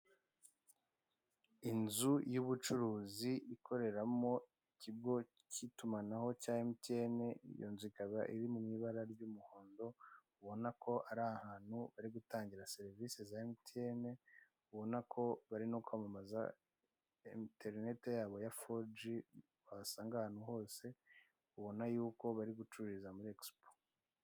Inzu y'ubucuruzi ikoreramo ikigo cy'itumanaho cya MTN, iyo nzu ikaba iri mu ibara ry'umuhondo, ubona ko ari ahantu barigutangira serivise za MTN, ubona ko bari no kwamamaza interineti yabo ya 4G wasanga ahantu hose, ubona yuko bari gucururiza muri expo.